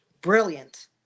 Brilliant